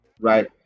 right